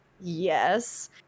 Yes